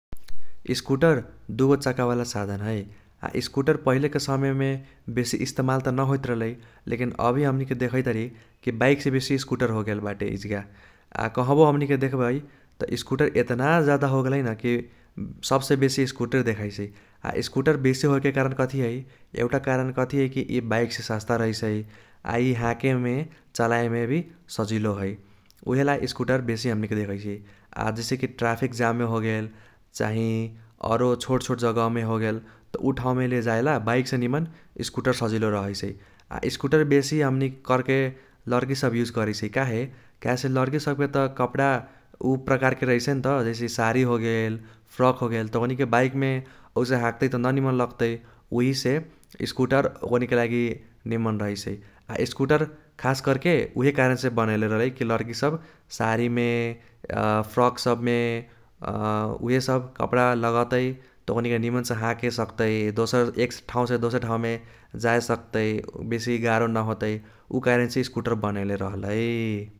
स्कूटर दुगो छक्का वाला साधन है । आ स्कूटर पहिलेके समयमे बेसी इस्तमाल त न होइत रहलै, लेकिन अभी हमनीके देखैतारी कि बाइकसे बेसी स्कूटर होगेल बाटे इजगा । आ कहबो हमनीके देख्बै त स्कूटर एतना जादा होगेल है न कि सबसे बेसी स्कूटरे देखाइसै । आ स्कूटर बेसी होएके कारण कथी है एउटा कारण कथी है कि इ बाइकसे सस्ता रहैसै। आ इ हाकेमे चलाएमे भी सजिलो है, उइहेला स्कूटर बेसी हमनीके देखैसियै । आ जैसे कि ट्राफिक जाममे होगेल चाही अरो छोट छोट जगहमे होगेल त उ ठाउमे लेजाएला बाइकसे निमन स्कूटर सजिलो रहैसै । आ स्कूटर बेसी हमनी कर्के लर्की सब यूज करैसै काहे काहेसे लर्की सबके त कप्रा उ प्रकारके रहै नत जैसे सारी होगेल ,फ्रोक होगेल त ओक्नीके बाइकमे औसे हाक्तै त न निमन लग्तै । ओहिसे स्कूटर ओक्नीके लागि निमन रहैसै । आ स्कूटर खास कर्के उइहे कारणसे बनैले रहलै कि लर्की सब सारीमे फ्रोक सबमे उइहे सब कप्रा लगतै त ओक्नीके निमनसे हाके सक्तै दोसर ठाउसे दोसर ठाउमे जाए सक्तै, बेसी गार्हो नहोतै उ कारणसे स्कूटर बनाएले रहलै ।